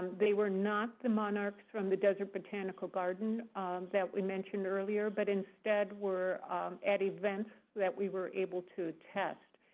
they were not the monarchs from the desert botanical garden that we mentioned earlier, but instead were at events that we were able to test.